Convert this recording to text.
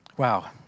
Wow